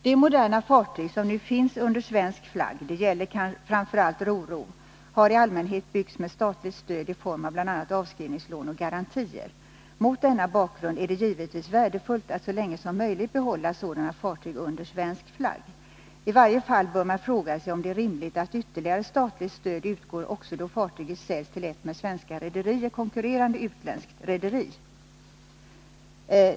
De moderna fartyg som nu finns under svensk flagg — det gäller framför allt ro-ro-fartyg — har i allmänhet byggts med statligt stöd i form av bl.a. avskrivningslån och garantier. Mot denna bakgrund är det givetvis värdefullt att så länge som möjligt behålla sådana fartyg under svensk flagg. I varje fall bör man fråga sig om det är rimligt att ytterligare statligt stöd utgår också då fartyget säljs till ett med svenska rederier konkurrerande utländskt rederi.